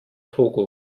togo